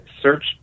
search